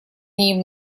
ней